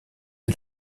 est